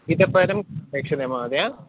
इतः परं अपेक्षते महोदय